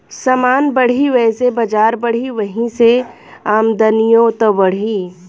समान बढ़ी वैसे बजार बढ़ी, वही से आमदनिओ त बढ़ी